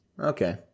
Okay